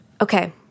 Okay